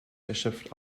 erschöpft